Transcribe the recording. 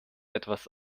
etwas